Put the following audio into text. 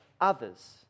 others